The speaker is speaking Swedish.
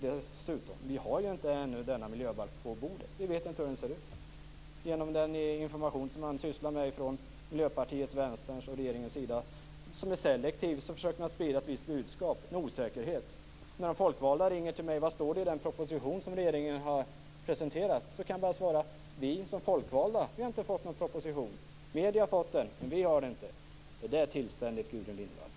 Dessutom har vi ännu inte denna miljöbalk på bordet. Vi vet inte hur den ser ut. Genom den information som Miljöpartiet, Vänstern och regeringen gett, som är selektiv, försöker man sprida ett visst budskap, en osäkerhet. När väljare ringer till mig och frågar vad det står i den proposition som regeringen har presenterat kan jag bara svara: Vi som folkvalda har inte fått någon proposition. Medierna har fått den, men inte vi. Är det tillständigt, Gudrun Lindvall?